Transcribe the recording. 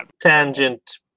Tangent